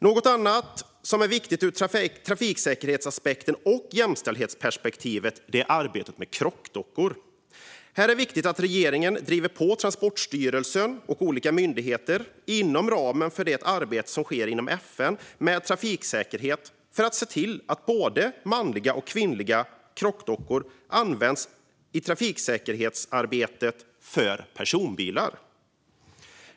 Något annat som är viktigt ur trafiksäkerhetsaspekten och jämställdhetsperspektivet är arbetet med krockdockor. Här är det viktigt att regeringen driver på för att Transportstyrelsen och olika myndigheter inom ramen för FN:s arbete med trafiksäkerhet ska se till att både manliga och kvinnliga krockdockor används i trafiksäkerhetsarbetet för personbilar.